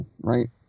right